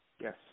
Yes